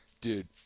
Dude